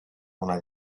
una